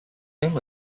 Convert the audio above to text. him